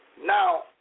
now